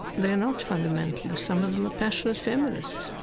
they're not fundamentalists. some of them are passionate feminists.